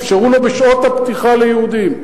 אפשרו לו, בשעות הפתיחה ליהודים?